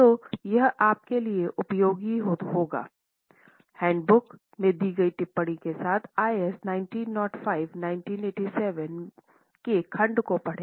तो यह आपके लिए उपयोगी होगा हैंडबुक में दी गई टिप्पणी के साथ आईएस 1905 1987 के खंड को पढ़ें